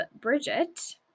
Bridget